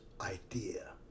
idea